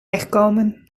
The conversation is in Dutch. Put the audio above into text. wegkomen